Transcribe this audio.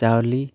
ᱪᱟᱣᱞᱮ